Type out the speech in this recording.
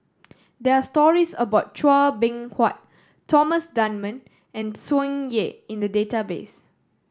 there are stories about Chua Beng Huat Thomas Dunman and Tsung Yeh in the database